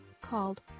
called